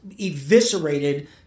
eviscerated